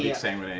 yeah same